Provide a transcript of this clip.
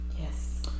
Yes